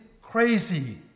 crazy